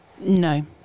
No